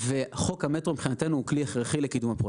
וחוק המטרו מבחינתנו הוא כלי הכרחי לקידום הפרויקט.